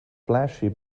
flashy